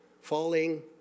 falling